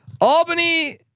Albany